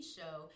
show